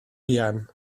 fuan